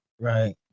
Right